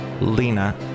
Lena